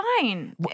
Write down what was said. fine